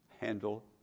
handle